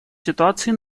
ситуации